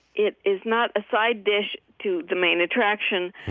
it is not a side dish to the main attraction,